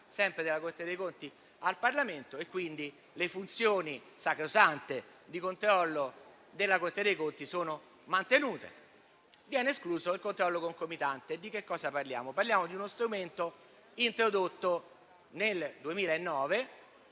Grazie a tutti